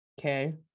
Okay